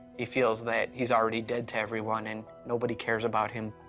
he feels that he's already dead to everyone and nobody cares about him.